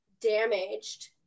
damaged